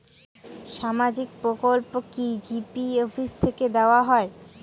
সামাজিক প্রকল্প কি জি.পি অফিস থেকে দেওয়া হয়?